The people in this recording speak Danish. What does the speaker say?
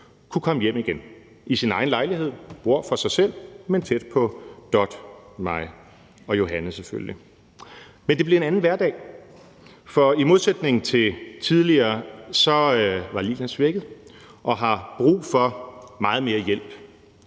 kunne komme hjem igen i sin egen lejlighed, hun bor for sig selv, men tæt på Dot, mig og Johanne selvfølgelig. Men det blev en anden hverdag, for i modsætning til tidligere var Lillian svækket og har brug for meget mere hjælp,